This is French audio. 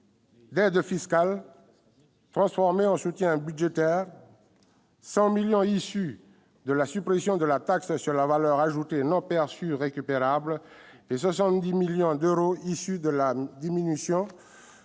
d'aides fiscales transformées en soutien budgétaire : 100 millions d'euros issus de la suppression de la taxe sur la valeur ajoutée non perçue récupérable, 70 millions d'euros de la diminution